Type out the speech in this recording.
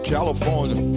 California